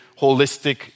holistic